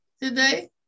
today